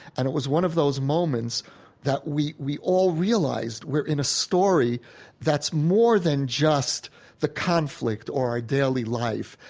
and it was one of those moments we we all realized we're in a story that's more than just the conflict or our daily life.